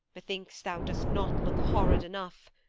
methinks thou dost not look horrid enough,